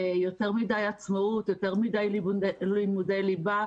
יותר מדי עצמאות, יותר מדי לימודי ליבה.